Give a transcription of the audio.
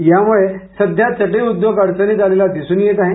त्यामुळे सध्या चटई उद्योग अडचणीत आलेला दिसून येत आहे